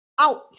Out